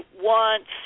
wants